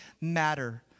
matter